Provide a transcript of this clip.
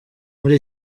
muri